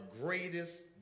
greatest